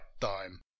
time